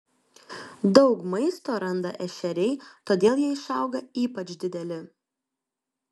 daug maisto randa ešeriai todėl jie išauga ypač dideli